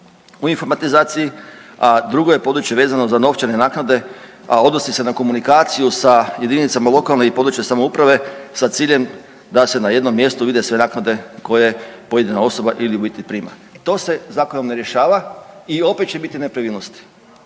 u informatizaciji, a drugo je područje vezano za novčane naknade, a odnosi se na komunikaciju sa jedinicama lokalne i područne samouprave sa ciljem da se na jednom mjestu vide sve naknade koje pojedina osoba ili u biti prima. To se zakonom ne rješava i opet će biti nepravilnosti.